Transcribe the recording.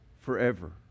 forever